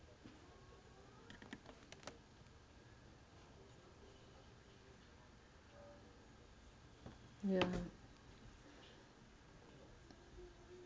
ya